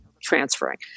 transferring